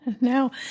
No